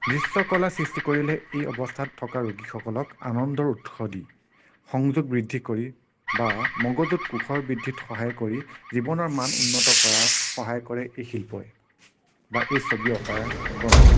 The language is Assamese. দৃশ্য়কলা সৃষ্টি কৰিলে এই অৱস্থাত থকা ৰোগীসকলক আনন্দৰ উৎস দিয়ে সংযোগ বৃদ্ধি কৰি বা মগজুত কোষৰ বৃদ্ধিত সহায় কৰি জীৱনৰ মান উন্নীত কৰাত সহায় কৰে এই শিল্পই বা এই ছবি অঁকাৰ কৰ্মই